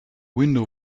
window